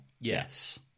Yes